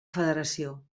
federació